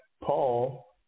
Paul